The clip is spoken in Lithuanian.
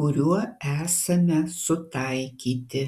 kuriuo esame sutaikyti